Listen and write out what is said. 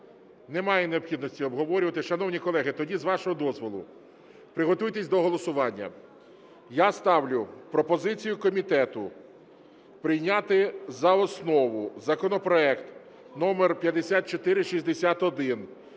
Немає необхідності обговорювати. Шановні колеги, тоді, з вашого дозволу, приготуйтеся до голосування. Я ставлю пропозицію комітету прийняти за основу законопроект № 5461,